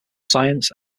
science